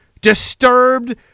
disturbed